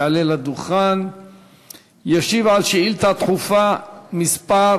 יעלה לדוכן וישיב על שאילתה דחופה מס'